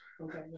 Okay